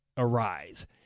Arise